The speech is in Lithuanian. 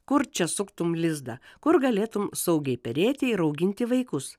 kur čia suktum lizdą kur galėtum saugiai perėti ir auginti vaikus